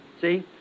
see